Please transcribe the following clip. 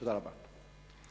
תודה רבה.